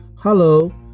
Hello